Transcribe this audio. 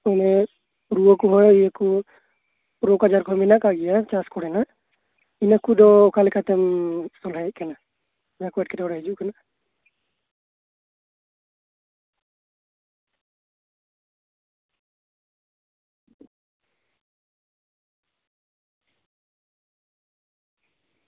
ᱨᱩᱣᱟᱹ ᱠᱚᱦᱚᱸ ᱨᱳᱜᱽ ᱟᱡᱟᱨ ᱠᱚᱦᱚᱸ ᱢᱮᱱᱟᱜ ᱟᱠᱟᱫᱼᱟ ᱪᱟᱥ ᱟᱵᱟᱫ ᱠᱚᱨᱮᱱᱟᱜ ᱚᱱᱟ ᱠᱚᱫᱚ ᱚᱠᱟᱞᱮᱠᱟ ᱠᱟᱛᱮᱢ ᱥᱟᱶᱦᱟᱭᱮᱫ ᱠᱟᱱᱟᱢ